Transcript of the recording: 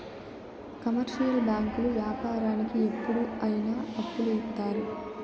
commercial బ్యాంకులు వ్యాపారానికి ఎప్పుడు అయిన అప్పులు ఇత్తారు